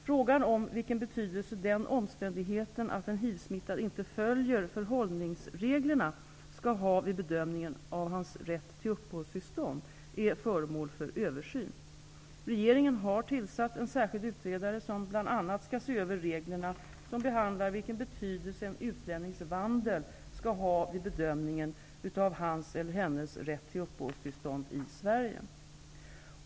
Frågan om vilken betydelse den omständigheten att en hivsmittad inte följer förhållningsreglerna skall ha vid bedömningen av hans rätt till uppehållstillstånd, är föremål för översyn. Regeringen har tillsatt en särskild utredare som bl.a. skall se över reglerna som behandlar vilken betydelse en utlännings vandel skall ha vid bedömningen av hans eller hennes rätt till uppehållstillstånd i Sverige.